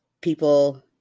people